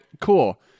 Cool